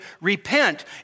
repent